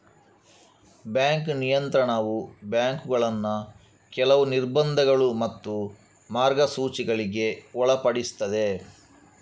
bank ನಿಯಂತ್ರಣವು ಬ್ಯಾಂಕುಗಳನ್ನ ಕೆಲವು ನಿರ್ಬಂಧಗಳು ಮತ್ತು ಮಾರ್ಗಸೂಚಿಗಳಿಗೆ ಒಳಪಡಿಸ್ತದೆ